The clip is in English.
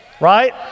right